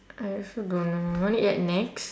I also don't know want to eat at nex